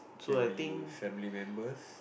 can be family members